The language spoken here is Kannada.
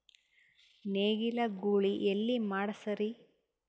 ನೇಗಿಲ ಗೂಳಿ ಎಲ್ಲಿ ಮಾಡಸೀರಿ?